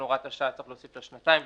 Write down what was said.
ולכן צריך להוסיף שנתיים להוראת השעה,